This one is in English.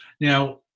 Now